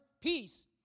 peace